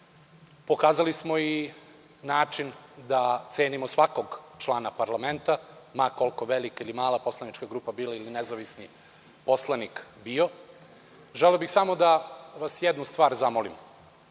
Pokazali smo i način da cenimo svakog člana parlamenta ma koliko velika ili mala poslanička grupa bila ili nezavisni poslanik. Želeo bih samo jednu stvar da